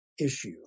issue